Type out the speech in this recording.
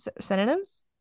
Synonyms